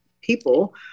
people